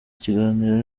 ikiganiro